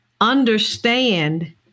understand